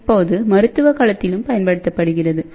இப்போது மருத்துவ களத்திலும் பயன்படுத்தப்படுகிறது